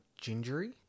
gingery